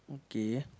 okay